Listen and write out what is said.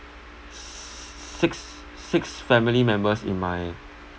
s~ six six family members in my